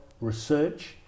research